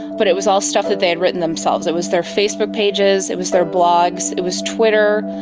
but it was all stuff that they had written themselves, it was their facebook pages, it was their blogs, it was twitter,